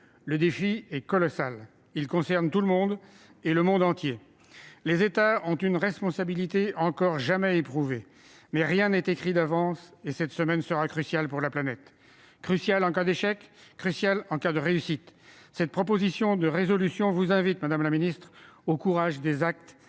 Le défi est colossal. Il concerne chacun d'entre nous et le monde entier. Les États ont une responsabilité encore jamais éprouvée. Toutefois, rien n'est écrit d'avance et cette semaine sera cruciale pour la planète- en cas d'échec, comme en cas de réussite. Cette proposition de résolution vous invite, madame la secrétaire d'État, au courage des actes